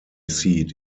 seat